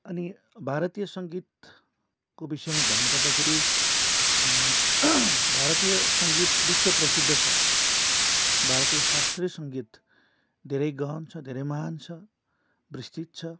अनि भारतीय सङ्गीतको विषय भन्नुपर्दाखेरि भारतीय सङ्गीत विश्वप्रसिद्ध छ भारतीय शास्त्रीय सङ्गीत धेरै गहन छ धेरै महान छ विस्तृत छ